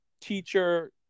teacher